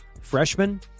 Freshman